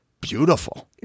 beautiful